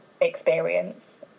experience